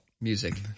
music